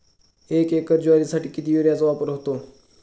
एक एकर ज्वारीसाठी किती युरियाचा वापर होतो?